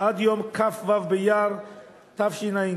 עד יום כ"ו באייר התשע"ג,